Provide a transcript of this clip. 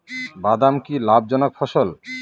বাদাম কি লাভ জনক ফসল?